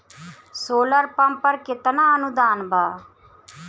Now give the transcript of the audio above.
Solar pump पर केतना अनुदान बा?